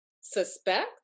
suspect